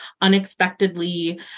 unexpectedly